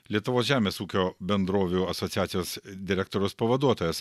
lietuvos žemės ūkio bendrovių asociacijos direktoriaus pavaduotojas